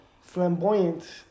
flamboyant